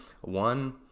one